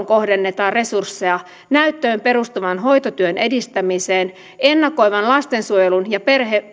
kohdennetaan resursseja päihdeäitien hoitoon näyttöön perustuvan hoitotyön edistämiseen ennakoivan lastensuojelun ja